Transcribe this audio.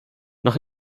nach